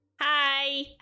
Hi